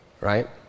Right